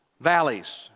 Valleys